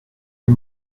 des